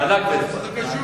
מענק בטח.